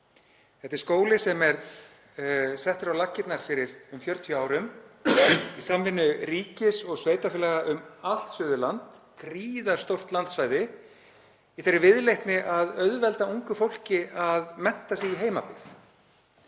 Þetta er skóli sem er settur á laggirnar fyrir um 40 árum í samvinnu ríkis og sveitarfélaga um allt Suðurland, gríðarstórt landsvæði, í þeirri viðleitni að auðvelda ungu fólki að mennta sig í heimabyggð.